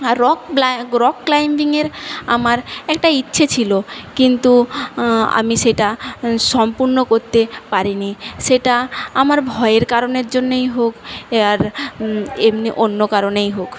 আর rock rock ক্লাইম্বিংয়ের আমার একটা ইচ্ছে ছিল কিন্তু আমি সেটা সম্পূর্ণ করতে পারিনি সেটা আমার ভয়ের কারণের জন্যেই হোক আর এমনি অন্য কারণেই হোক